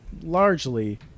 largely